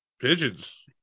pigeons